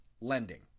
lending